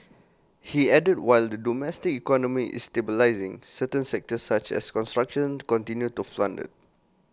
he added what the domestic economy is stabilising certain sectors such as construction continue to flounder